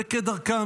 וכדרכו,